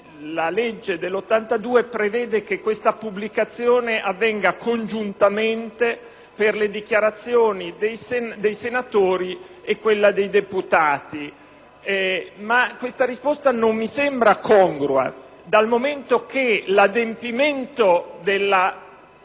la legge del 1982 prevede che la pubblicazione avvenga congiuntamente per le dichiarazioni dei senatori e per quelle dei deputati. Questa risposta però non mi sembra congrua, dal momento che l'adempimento